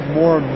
more